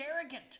arrogant